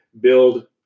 build